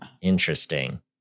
Interesting